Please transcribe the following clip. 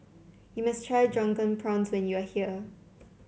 you must try Drunken Prawns when you are here